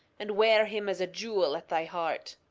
and wear him as a jewel at thy heart.